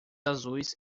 azuis